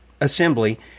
assembly